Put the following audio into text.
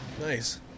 Nice